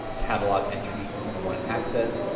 catalog entry you're going to want to access.